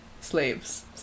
slaves